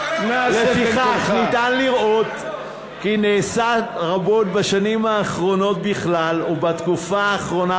אפשר לראות כי נעשה רבות בשנים האחרונות בכלל ובתקופה האחרונה